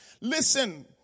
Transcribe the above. listen